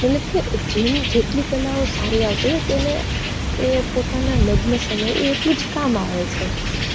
મતલબ કે જેમ જેટલી કલાઓ સારી આવતી હોય તેને એ પોતાના લગ્ન સમયે એ એટલું જ કામ આવે છે